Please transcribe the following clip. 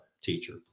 teacher